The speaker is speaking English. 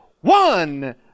one